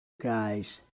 guys